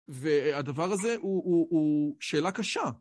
והדבר הזה הוא שאלה קשה.